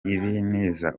ebenezer